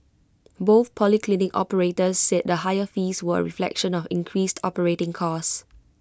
both polyclinic operators said the higher fees were A reflection of increased operating costs